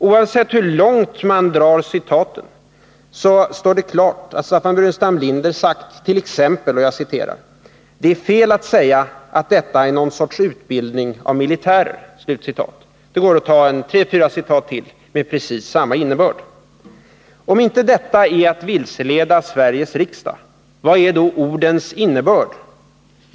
Oavsett hur långt man drar citaten, står det klart att Staffan Burenstam Linder sagt t.ex.: ”Det är fel att säga att detta är någon sorts utbildning av militärer.” Det går att återge tre fyra citat till med precis samma innebörd. Om inte detta är att vilseleda Sveriges riksdag, vad är då ordens innebörd?